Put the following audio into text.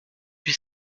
huit